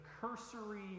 cursory